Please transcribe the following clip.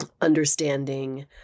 understanding